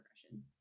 progression